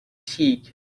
cheek